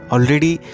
Already